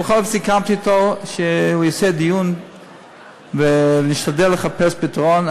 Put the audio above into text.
בכל אופן סיכמתי אתו שהוא יעשה דיון ונשתדל לחפש פתרון.